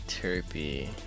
terpy